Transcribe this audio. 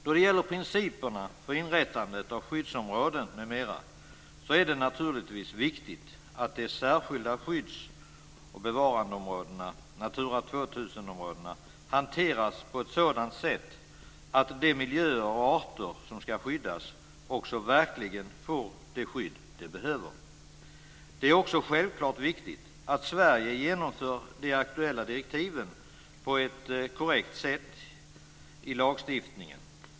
Då det gäller principerna för inrättande av skyddsområden m.m. är det naturligtvis viktigt att de särskilda skydds och bevarandeområdena Natura 2000-områdena, hanteras på ett sådant sätt att de miljöer och arter som ska skyddas också verkligen får det skydd de behöver. Det är självklart också viktigt att Sverige genomför de aktuella direktiven på ett korrekt sätt i lagstiftningen.